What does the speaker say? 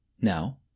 Now